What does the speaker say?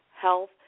health